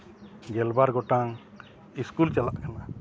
ᱜᱮᱞ ᱵᱟᱨ ᱜᱚᱴᱟᱝ ᱤᱥᱠᱩᱞ ᱪᱟᱞᱟᱜ ᱠᱟᱱᱟ